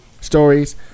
stories